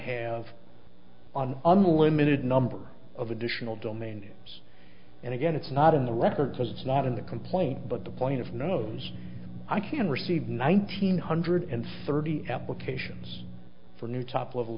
have on unlimited number of additional domains and again it's not in the records it's not in the complaint but the point of knowns i can receive nineteen hundred and thirty applications for new top level